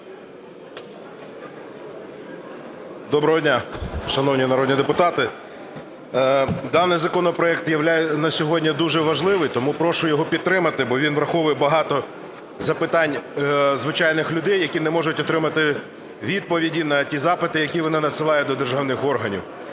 Доброго дня, шановні народні депутати. Даний законопроект на сьогодні дуже важливий, тому прошу його підтримати, бо він враховує багато запитань звичайних людей, які не можуть отримати відповіді на ті запити, які вони надсилають до державних органів.